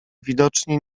widocznie